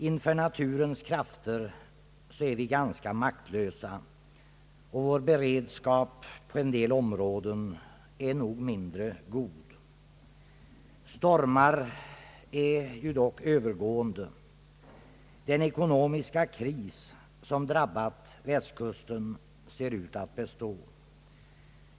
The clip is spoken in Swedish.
Inför naturens krafter står vi ganska maktlösa, och vår beredskap på en del områden är nog mindre god. Stormar är dock övergående. Den ekonomiska kris som drabbat Västkusten ser ut att bestå.